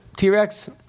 T-Rex